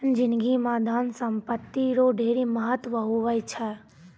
जिनगी म धन संपत्ति रो ढेरी महत्व हुवै छै